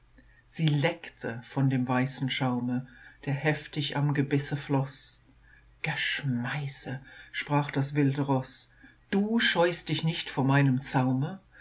sie leckte von dem weißen schaume der heficht am gebisse floß geschmeiße sprach das wilde roß du scheust dich nicht vor meinem zaume